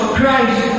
Christ